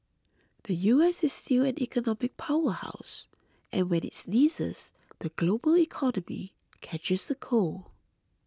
the U S is still an economic power house and when it sneezes the global economy catches a cold